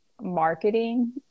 marketing